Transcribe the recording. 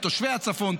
לתושבי הצפון,